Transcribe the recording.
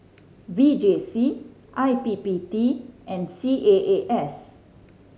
V J C I P P T and C A A S